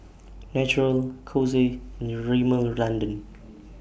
Naturel Kose and Rimmel London